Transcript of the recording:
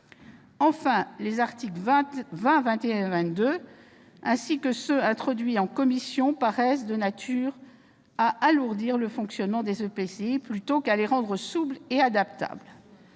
Enfin, les articles 20, 21 et 22, ainsi que ceux introduits en commission, paraissent de nature à alourdir le fonctionnement des EPCI plutôt qu'à les rendre souples et adaptables.